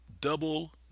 double